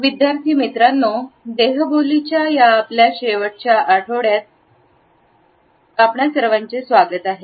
विद्यार्थीमित्रांनो देहबोलीचा या आपल्या शेवटच्या आठवड्याचे चर्चेत आपणा सर्वांचे स्वागत आहे